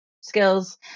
skills